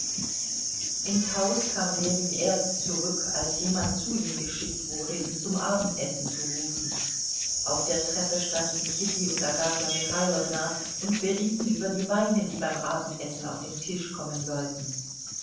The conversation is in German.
ins haus kam ljewin erst zurück als jemand zu ihm geschickt wurde ihn zum abendessen zu rufen auf der treppe standen kitty und agafja michailowna und berieten über die weine die beim abendessen auf den tisch kommen sollten